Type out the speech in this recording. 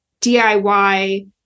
DIY